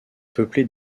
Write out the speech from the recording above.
peuplé